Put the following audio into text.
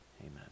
Amen